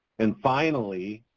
and finally,